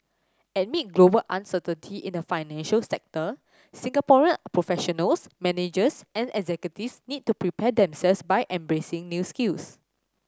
amid global uncertainty in the financial sector Singaporean professionals managers and executives need to prepare themselves by embracing new skills